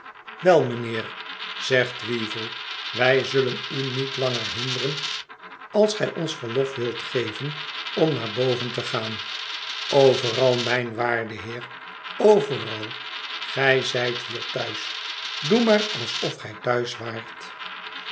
wel manheer zegt weevle wij zullen u niet langej hinderen als gij ons verlof wilt geven om naar boven te gaan overal mijn waarde heer overal gij zijt hier thuis doe maar alsof gij thuis waart